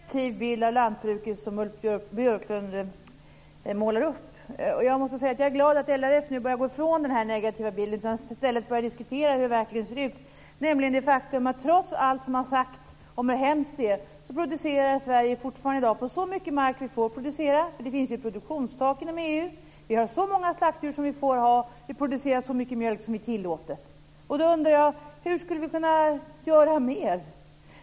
Fru talman! Jag tycker att det är en oerhört negativ bild av lantbruket som Ulf Björklund målar upp. Jag måste säga att jag är glad att LRF nu börjar gå ifrån den här negativa bilden och i stället börjar diskutera hur det verkligen ser ut, nämligen det faktum att trots allt som har sagts om hur hemskt det är producerar Sverige fortfarande på så mycket mark vi får producera på - det finns ju produktionstak inom EU - vi har så många slaktdjur som vi får ha och vi producerar så mycket mjölk som är tillåtet. Då undrar jag: Hur skulle vi kunna göra mer?